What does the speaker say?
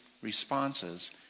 responses